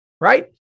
right